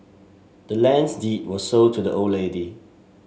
the land's deed was sold to the old lady